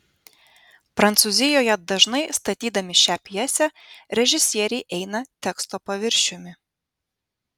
prancūzijoje dažnai statydami šią pjesę režisieriai eina teksto paviršiumi